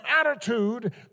attitude